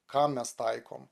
ką mes taikom